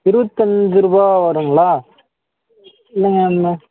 இருவத்தஞ்சு ரூபா வருங்களா இல்லைங்க ந